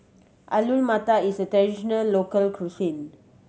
Alu Matar is a traditional local cuisine